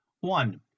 One